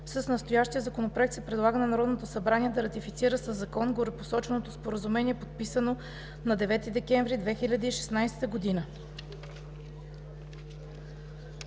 с настоящия Законопроект се предлага на Народното събрание да ратифицира със закон горепосоченото споразумение, подписано на 9 декември 2016 г.